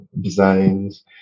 designs